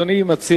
מה אדוני מציע?